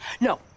No